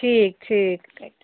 ठीक ठीक काटि दिऔ